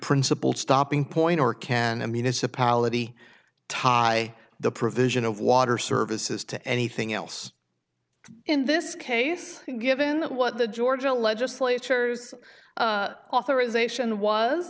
principled stopping point or can i mean it's a polity tie the provision of water services to anything else in this case given that what the georgia legislature has authorization was